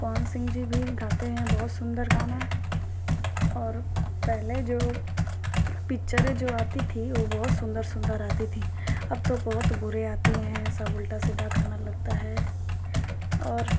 पवन सिंह जी भी गाते हैं बहुत सुंदर गाना और पहले जो पिक्चरें जो आती थी वो बहुत सुंदर सुंदर आती थी अब तो बहुत बुरे आती है सब उल्टा सीधा गाना लगता है और